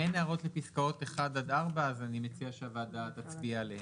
אם אין הערות לפסקאות 1 עד 4 אז אני מציע שהוועדה תצביע עליהן.